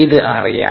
ഇത് അറിയാം